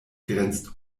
grenzt